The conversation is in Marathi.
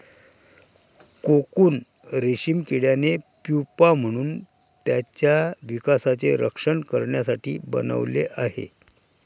कोकून रेशीम किड्याने प्युपा म्हणून त्याच्या विकासाचे रक्षण करण्यासाठी बनवले आहे